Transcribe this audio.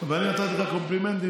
ואני נתתי לך קומפלימנטים.